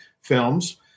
Films